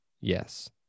Yes